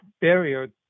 barrier